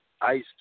Ice